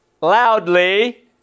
loudly